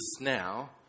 now